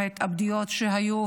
וההתאבדויות שהיו,